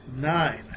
nine